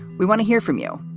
we want to hear from you.